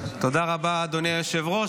תודה רבה, אדוני היושב-ראש.